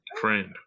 Friend